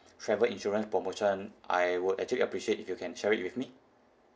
travel insurance promotion I would actually appreciate if you can share it with me